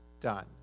done